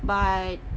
but